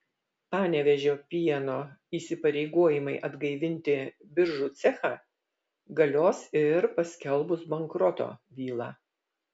panevėžio pieno įsipareigojimai atgaivinti biržų cechą galios ir paskelbus bankroto bylą